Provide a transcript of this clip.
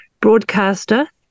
broadcaster